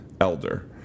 Elder